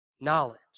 Knowledge